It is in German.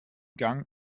gang